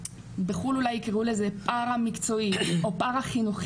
בחו"ל אולי יקראו לזה "פארא-מקצועי" או "פארא-חינוכי".